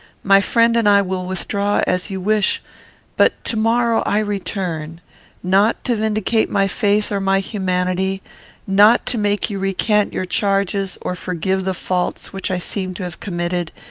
my friend and i will withdraw, as you wish but to-morrow i return not to vindicate my faith or my humanity not to make you recant your charges, or forgive the faults which i seem to have committed,